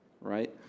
right